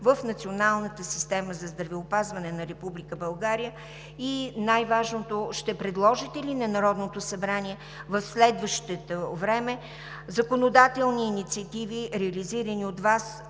в Националната система за здравеопазване на Република България и, най-важното – ще предложите ли на Народното събрание в следващите законодателни инициативи, реализирани от Вас